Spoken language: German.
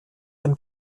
dem